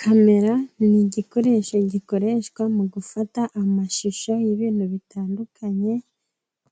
Camera ni igikoresho gikoreshwa mu gufata amashusho y'ibintu bitandukanye,